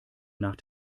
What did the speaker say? nach